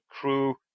crew